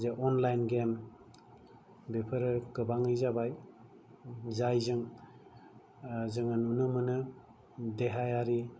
जे online game बेफोरो गोबाङै जाबाय जायजों जोङो नुनो मोनो देहायारि